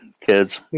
kids